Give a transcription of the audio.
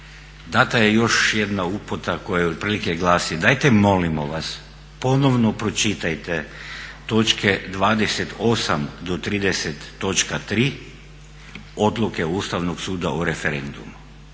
data je još jedna uputa koja otprilike glasi, dajte molimo vas ponovno pročitajte točke 28 do 30.3 odluke Ustavnog suda o referendumu.